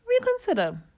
reconsider